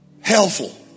helpful